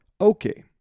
Okay